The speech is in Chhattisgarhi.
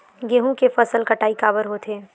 गेहूं के फसल कटाई काबर होथे?